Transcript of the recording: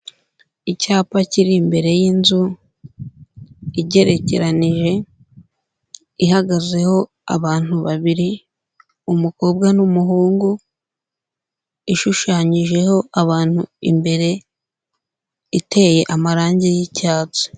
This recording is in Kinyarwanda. Icyapa kiri imbere y'inzu igerekeranije ihagazeho abantu babiri, umukobwa n'umuhungu, ishushanyijeho abantu imbere iteye amarange y'icyatsi.